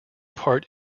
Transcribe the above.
part